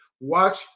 watch